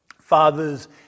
Fathers